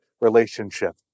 relationship